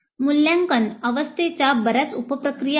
मूल्यांकन अवस्थेच्या बर्याच उप प्रक्रिया आहेत